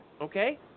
Okay